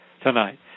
tonight